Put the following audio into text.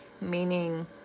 Meaning